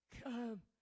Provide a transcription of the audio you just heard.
come